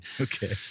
Okay